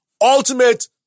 Ultimate